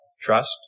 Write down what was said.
trust